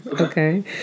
Okay